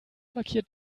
markiert